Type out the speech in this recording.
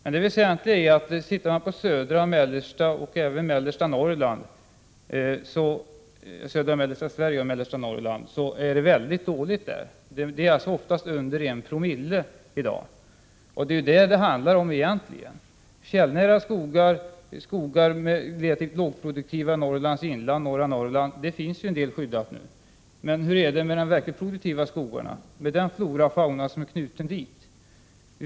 Men det väsentliga är att ser man på södra och mellersta Sverige och mellersta Norrland, finner man att det är mycket dåligt där. Det är alltså oftast under en promille som i dag avsätts som reservat, och det är alltså detta som det egentligen handlar om. När det gäller fjällnära skogar, relativt lågproduktiva, i Norrlands inland — och i norra Norrland — är ju en del sådana skogar skyddade nu. Men hur är det med de verkligt produktiva skogarna? Hur är det med den flora och fauna som är knuten dit?